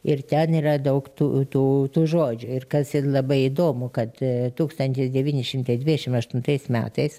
ir ten yra daug tų tų tų žodžių ir kas ir labai įdomu kad tūkstantis devyni šimtai dvidešim aštuntais metais